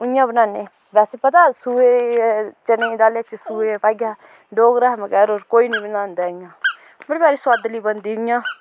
उ'यां बनान्ने बैसे पता ऐ सोए चने दी दालै च सोए पाइयै डोगरें बगैर होर कोई नी बनांदा ऐ इ'यां सुआदली बनदी इ'यां